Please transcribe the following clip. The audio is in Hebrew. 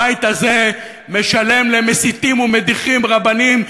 הבית הזה משלם למסיתים ומדיחים רבנים,